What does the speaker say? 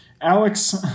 Alex